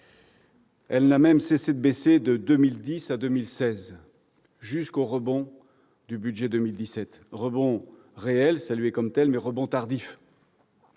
Elle n'a même cessé de baisser de 2010 à 2016, jusqu'au rebond du budget pour 2017, rebond réel, salué comme tel, mais rebond tardif